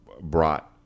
brought